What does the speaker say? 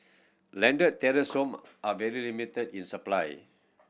landed terrace home are very limited in supply